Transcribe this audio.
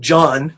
John